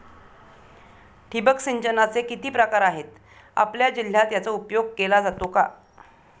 ठिबक सिंचनाचे किती प्रकार आहेत? आपल्या जिल्ह्यात याचा उपयोग केला जातो का?